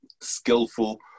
skillful